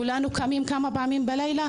כולנו קמות כמה פעמים בלילה,